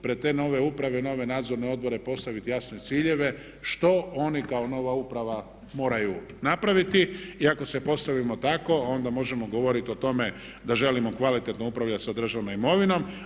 Pred te nove uprave i pred nove nadzorne odbore postaviti jasne ciljeve što oni kako nova uprava moraju napraviti i ako se postavimo tako onda možemo govoriti o tome da želimo kvalitetno upravljati sa državnom imovinom.